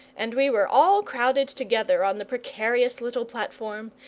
and we were all crowded together on the precarious little platform,